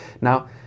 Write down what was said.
Now